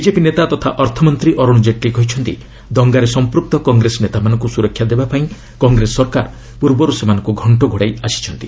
BJP ନେତା ତଥା ଅର୍ଥମନ୍ତ୍ରୀ ଅରୁଣ ଜେଟ୍ଲୀ କହିଛନ୍ତି ଦଙ୍ଗାରେ ସଂପୂକ୍ତ କଂଗ୍ରେସ ନେତାମାନଙ୍କୁ ସୁରକ୍ଷା ଦେବା ପାଇଁ କଂଗ୍ରେସ ସରକାର ପୂର୍ବରୁ ସେମାନଙ୍କୁ ଘଣ୍ଟ ଘୋଡ଼ାଇ ଆସିଛନ୍ତି